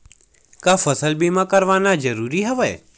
का फसल बीमा करवाना ज़रूरी हवय?